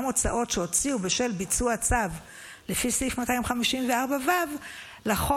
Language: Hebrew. הוצאות שהוציאו בשל ביצוע הצו לפי סעיף 254ו לחוק